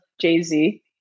Jay-Z